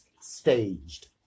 staged